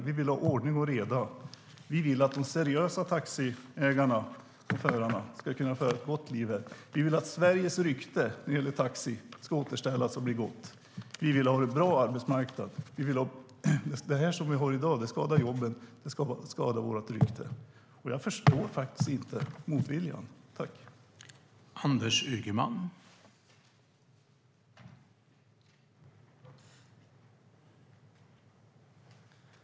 Vi vill ha ordning och reda, och vi vill att de seriösa taxiägarna och taxiförarna ska kunna ha ett gott liv. Vi vill att Sveriges rykte när det gäller taxi ska återställas och bli gott. Vi vill ha en bra arbetsmarknad. Den marknad som vi har i dag skadar jobben och vårt rykte. Jag förstår faktiskt inte statsrådets motvilja att ändra på detta.